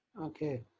Okay